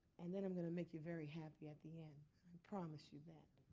and then i'm going to make you very happy at the end. i promise you that.